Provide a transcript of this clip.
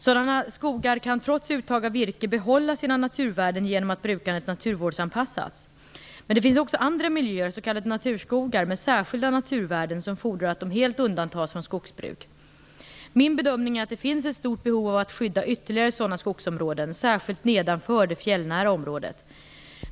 Sådana skogar kan trots uttag av virke behålla sina naturvärden genom att brukandet naturvårdsanpassas. Men det finns också andra miljöer, s.k. naturskogar, med särskilda naturvärden som fordrar att de helt undantas från skogsbruk. Min bedömning är att det finns ett stort behov av att skydda ytterligare sådana skogsområden, särskilt nedanför det fjällnära området.